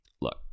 Look